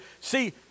See